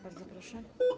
Bardzo proszę.